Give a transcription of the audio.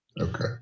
okay